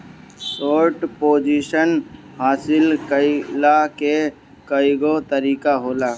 short position हासिल कईला के कईगो तरीका होला